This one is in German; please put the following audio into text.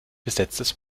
besetztes